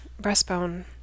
breastbone